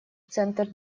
центр